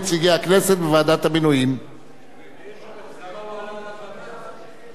ההצעה להעביר את הצעת חוק בתי-הדין הדתיים הדרוזיים (תיקון,